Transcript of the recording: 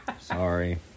Sorry